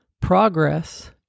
Progress